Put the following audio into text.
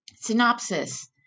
Synopsis